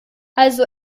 also